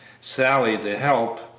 sally, the help,